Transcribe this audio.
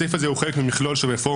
הסעיף הזה הוא חלק ממכלול של רפורמה,